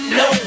no